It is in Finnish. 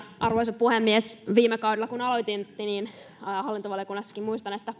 arvoisa puhemies viime kaudella kun aloitin hallintovaliokunnassakin niin muistan että